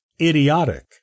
idiotic